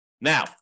Now